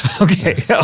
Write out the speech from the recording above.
Okay